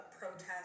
protest